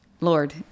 Lord